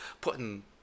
putting